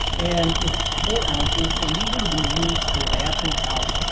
and it's four ounces, and these would've been used to ration out